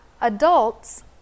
adults